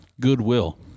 Goodwill